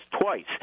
twice